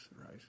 right